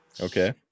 Okay